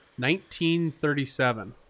1937